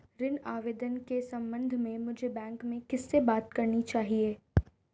ऋण आवेदन के संबंध में मुझे बैंक में किससे बात करनी चाहिए?